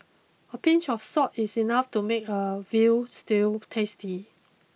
a pinch of salt is enough to make a veal stew tasty